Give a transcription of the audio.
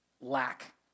lack